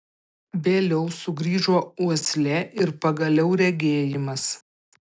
vėliau sugrįžo uoslė ir pagaliau regėjimas